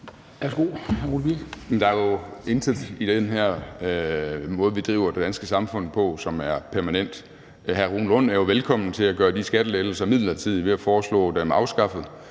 Der er intet i den måde, vi driver det danske samfund på, som er permanent. Hr. Rune Lund er jo velkommen til at gøre de skattelettelser midlertidige ved at foreslå dem afskaffet,